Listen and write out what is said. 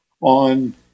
on